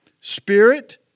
spirit